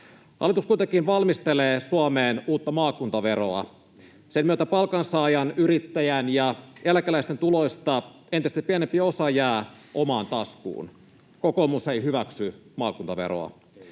Hallitus kuitenkin valmistelee Suomeen uutta maakuntaveroa. Sen myötä palkansaajan, yrittäjän ja eläkeläisen tuloista entistä pienempi osa jää omaan taskuun. Kokoomus ei hyväksy maakuntaveroa.